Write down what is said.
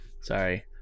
Sorry